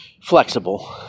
flexible